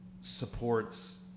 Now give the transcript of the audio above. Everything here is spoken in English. supports